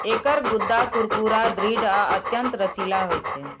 एकर गूद्दा कुरकुरा, दृढ़ आ अत्यंत रसीला होइ छै